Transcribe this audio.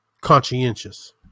conscientious